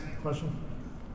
question